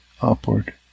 upward